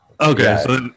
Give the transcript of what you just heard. Okay